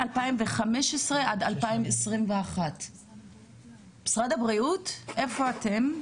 מ-2015 עד 2021. משרד הבריאות, איפה אתם?